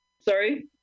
Sorry